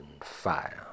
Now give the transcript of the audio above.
fire